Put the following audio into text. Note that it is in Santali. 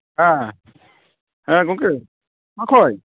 ᱦᱮᱸ ᱦᱮᱸ ᱜᱮᱢᱠᱮ ᱚᱠᱚᱭ